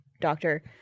doctor